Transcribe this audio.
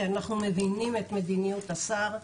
כי אנחנו מבינים את מדיניות השר.